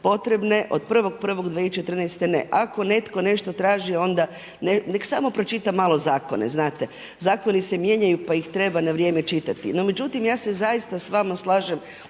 potrebne, od 1.1.2014. ne. Ako netko nešto traži onda nek samo pročita malo zakone, znate. Zakoni se mijenjaju pa ih treba na vrijeme čitati. No, međutim ja se zaista s vama slažem